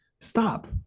stop